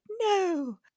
no